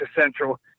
Central